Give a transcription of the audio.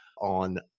on